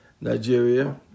Nigeria